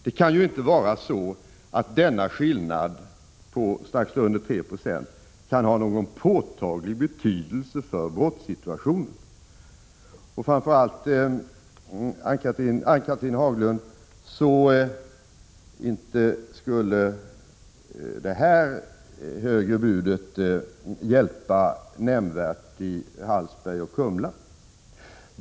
Det kan inte vara så att denna skillnad på strax under 3 26 kan ha någon påtaglig betydelse för brottssituationen. Framför allt kan inte detta högre bud, Ann-Cathrine Haglund, hjälpa Hallsberg och Kumla.